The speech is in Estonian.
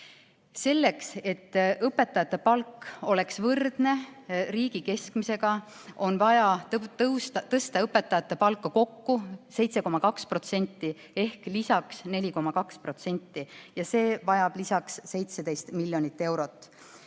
Selleks, et õpetajate palk oleks võrdne riigi keskmisega, on vaja tõsta õpetajate palka kokku 7,2% ehk lisaks 4,2% ja see vajab lisaks 17 miljonit eurot.